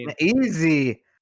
easy